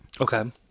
okay